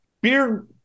beer